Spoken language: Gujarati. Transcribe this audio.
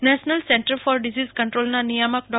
નેશનલ સેન્ટર ફોર ડિસીઝ કંટ્રોલના નિયામક ડો